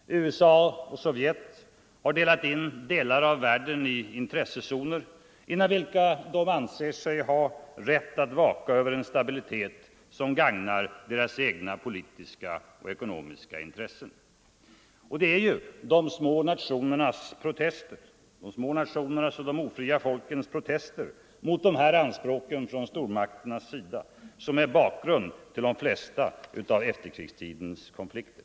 USA och Sovjet har delat in områden av världen i intressezoner, inom vilka de anser sig ha rätt att vaka över en stabilitet som gagnar deras egna politiska och ekonomiska intressen. Det är de små nationernas och de ofria folkens protester mot de här Nr 127 anspråken från stormakternas sida som är bakgrund till de flesta av efter Fredagen den krigstidens konflikter.